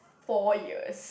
four years